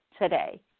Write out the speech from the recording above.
today